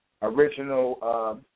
original